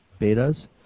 betas